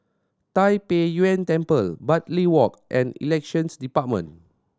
Tai Pei Yuen Temple Bartley Walk and Elections Department